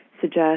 suggest